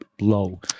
low